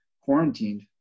quarantined